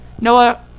Noah